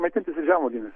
maitintis ir žemuogėmis